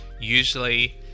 usually